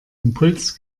impuls